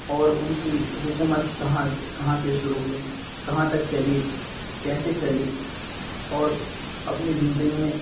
اور ان کی حکومت کہاں کہاں سے شروع ہوئی کہاں تک چلی کیسے چلی اور اپنی زندگی میں